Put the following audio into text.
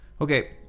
okay